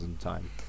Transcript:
time